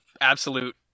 absolute